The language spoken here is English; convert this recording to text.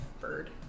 Bird